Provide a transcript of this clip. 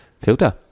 Filter